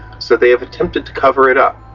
so they have attempted to cover it up,